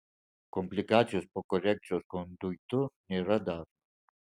komplikacijos po korekcijos konduitu nėra dažnos